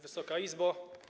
Wysoka Izbo!